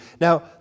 Now